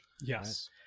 Yes